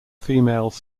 females